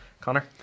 Connor